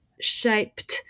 shaped